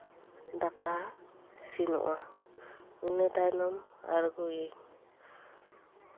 ᱫᱟᱠᱟ ᱤᱥᱤᱱᱚᱜᱼᱟ ᱤᱱᱟᱹ ᱛᱟᱭᱱᱚᱢ ᱟᱬᱜᱚᱭᱟᱹᱧ